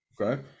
okay